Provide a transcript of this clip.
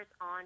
on